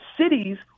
cities